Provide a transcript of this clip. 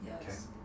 Yes